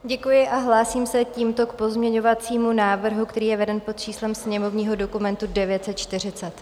Děkuji a hlásím se tímto k pozměňovacímu návrhu, který je veden pod číslem sněmovního dokumentu 940.